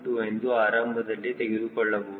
2 ಎಂದು ಆರಂಭದಲ್ಲಿ ತೆಗೆದುಕೊಳ್ಳಬಹುದು